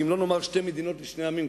שאם לא נאמר "שתי מדינות לשני עמים",